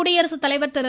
குடியரசு தலைவர் திரு